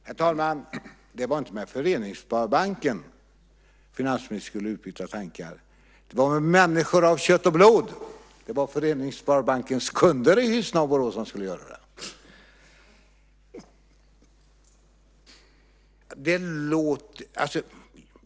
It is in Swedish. Herr talman! Det var inte med Föreningssparbanken finansministern skulle utbyta tankar. Det var med människor av kött och blod. Det var med Föreningssparbankens kunder i Hyssna och Borås han skulle göra det.